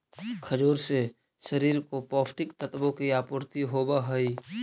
खजूर से शरीर को पौष्टिक तत्वों की आपूर्ति होवअ हई